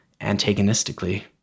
antagonistically